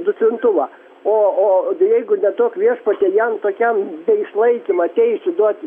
duslintuvą o o jeigu neduok viešpatie jam tokiam išlaikymą teisių duoti